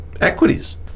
equities